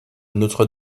notre